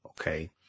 Okay